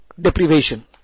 Deprivation